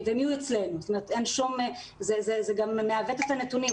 והם יהיו אצלנו, זה גם מעוות את הנתונים.